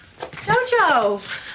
Jojo